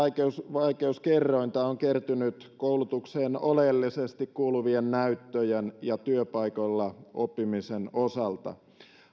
vaikeuskerrointa on kertynyt koulutukseen oleellisesti kuuluvien näyttöjen ja työpaikoilla oppimisen osalta